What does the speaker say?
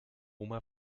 oma